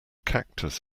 cactus